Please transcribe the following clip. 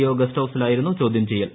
O guest ഹൌസിലായിരുന്നു ചോദ്യം ചെയ്യൽ